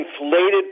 inflated